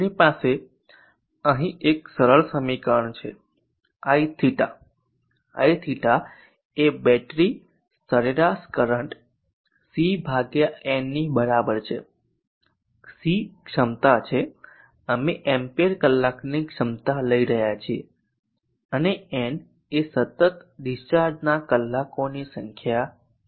આપણી પાસે અહીં એક સરળ સમીકરણ છે IB IB એ બેટરી સરેરાશ કરંટ CN ની બરાબર છે C ક્ષમતા છે અમે એમ્પીયર કલાકની ક્ષમતા લઈ રહ્યા છીએ અને n એ સતત ડીસ્ચાર્જના કલાકોની સંખ્યા છે